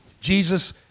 Jesus